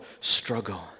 struggle